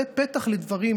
זה פתח לדברים,